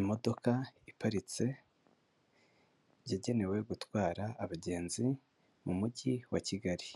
Imodoka iparitse, yagenewe gutwara abagenzi mu Mujyi wa Kigali,